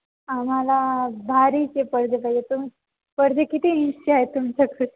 आम्हाला भारीचे पडदे पाहिजे तुम पडदे किती इंचचे आहेत तुमच्याक